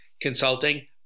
consulting